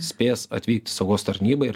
spės atvykti saugos tarnyba ir